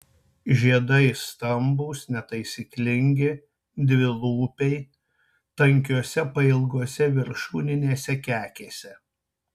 žiedai stambūs netaisyklingi dvilūpiai tankiose pailgose viršūninėse kekėse